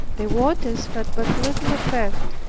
the waters had but little effect.